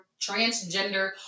transgender